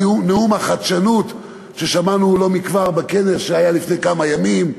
נאום החדשנות ששמענו לא מכבר בכנס שהיה לפני כמה ימים.